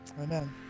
Amen